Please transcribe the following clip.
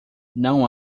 não